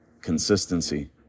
consistency